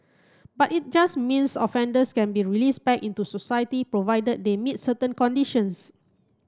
but it just means offenders can be released back into society provided they meet certain conditions